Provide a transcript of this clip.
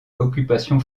l’occupation